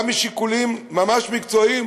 גם משיקולים ממש מקצועיים,